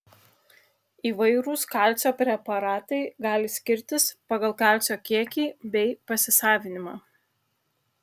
įvairūs kalcio preparatai gali skirtis pagal kalcio kiekį bei pasisavinimą